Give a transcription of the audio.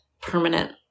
permanent